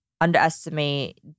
underestimate